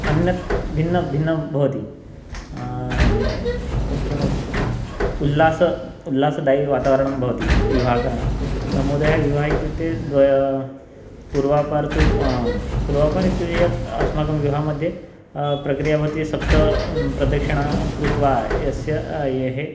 अन्यत् भिन्नं भिन्नं भवति किं वक्तुं शक्नि उल्लासः उल्लासदायि वातावरणं भवति विवाहकारणात् समुदायविवाह इत्युक्ते द्व पूर्वापरं तु पूर्वापरम् इत्युक्ते यत् अस्माकं विवाहमध्ये प्रक्रिया भवति सप्त प्रदक्षिणां कृत्वा यस्य ये